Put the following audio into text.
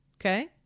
okay